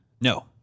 No